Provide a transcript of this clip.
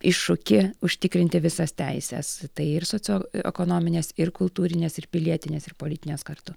iššūkį užtikrinti visas teises tai ir socioekonomines ir kultūrines ir pilietines ir politines kartu